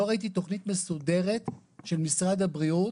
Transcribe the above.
לא ראיתי תוכנית מסודרת של משרד הבריאות,